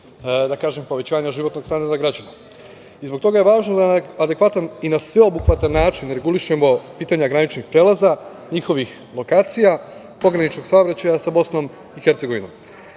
do povećanja životnog standarda građana. Zbog toga je važno da na adekvatan i sveobuhvatan način regulišemo pitanja graničnih prelaza, njihovih lokacija, pograničnog saobraćaja sa BiH.Sporazumi